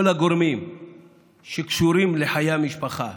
כל הגורמים שקשורים לחיי המשפחה,